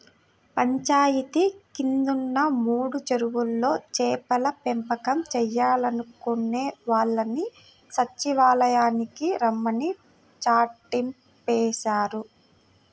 పంచాయితీ కిందున్న మూడు చెరువుల్లో చేపల పెంపకం చేయాలనుకునే వాళ్ళని సచ్చివాలయానికి రమ్మని చాటింపేశారు